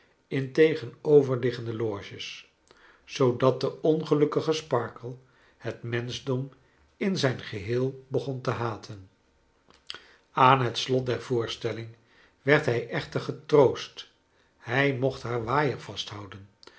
in tegenoverliggende loges zoodat de ongelukkige sparkler het menschdom in zijn geheel begon te haten aan het slot der voorstelling werd hij echter getroost hij mocht haar waaier vasthouden